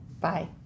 Bye